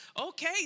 Okay